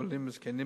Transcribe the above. עולים וזקנים,